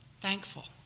thankful